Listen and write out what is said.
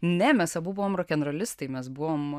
ne mes abu buvome rokenrolistai mes buvom